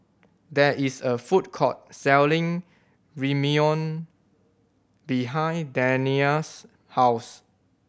there is a food court selling Ramyeon behind Dania's house